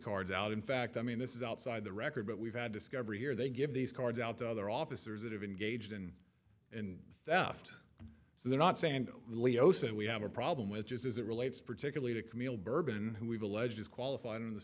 cards out in fact i mean this is outside the record but we've had discovery here they give these cards out to other officers that have engaged in and theft so they're not saying leo said we have a problem which is as it relates particularly to camille bourbon who we've alleged is qualified in the